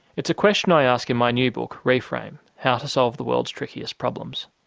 it's a question i ask in my new book reframe how to solve the world's trickiest problems.